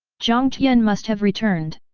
jiang tian must have returned?